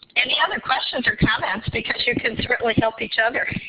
any other questions or comments? because you can certainly help each other.